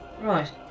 Right